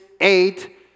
eight